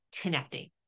connecting